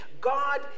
God